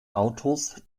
autos